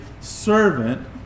servant